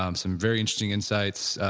um some very interesting insights.